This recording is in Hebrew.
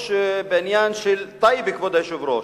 בעניין של טייבה, כבוד היושב-ראש,